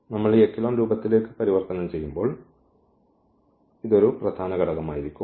നമ്മൾ ഈ എക്കെലോൺ രൂപത്തിലേക്ക് പരിവർത്തനം ചെയ്യുമ്പോൾ ഇത് ഒരു പ്രധാന ഘടകമായിരിക്കും